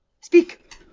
Speak